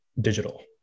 digital